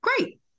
Great